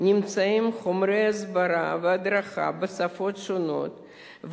נמצאים חומרי הסברה והדרכה בשפות שונות,